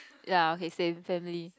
ya okay same family